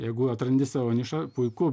jeigu atrandi savo nišą puiku